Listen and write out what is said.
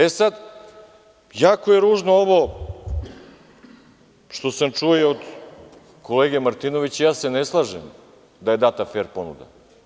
E sada, jako je ružno ovo što sam čuo i od kolege Martinovića, ja se ne slažem da je data fer ponuda.